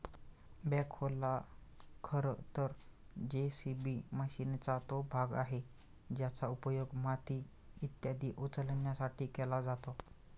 बॅखोला खरं तर जे.सी.बी मशीनचा तो भाग आहे ज्याचा उपयोग माती इत्यादी उचलण्यासाठी केला जातो